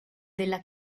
della